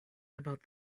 about